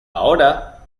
ahora